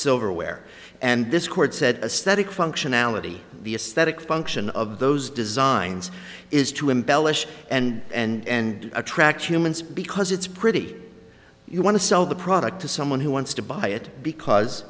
silverware and this court said a static functionality the aesthetic function of those designs is to embellish and attraction moments because it's pretty you want to sell the product to someone who wants to buy it because